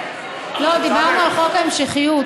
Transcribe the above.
לא, דיברנו על הצעת חוק ההמשכיות.